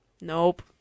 Nope